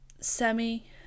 semi